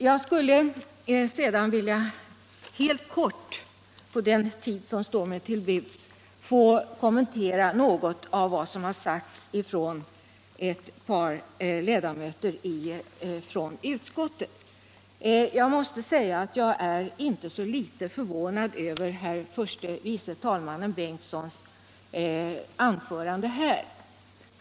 Jag skulle sedan helt kort på den tid som står mig till buds vilja kommentera något av det som: har sagts av ett par ledamöter av utskottet. Jag måste säga att jag är inte så litet förvånad över herr förste vice talmannen Bengtsons anförande.